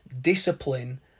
Discipline